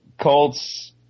Colts